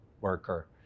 worker